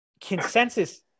consensus